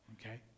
Okay